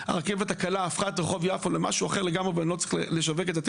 הרכבת הקלה הפכה את רחוב יפו למשהו אחר לגמרי ואני לא צריך לשווק את זה,